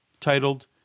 titled